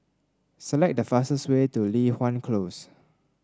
select the fastest way to Li Hwan Close